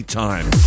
time